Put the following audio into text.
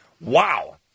Wow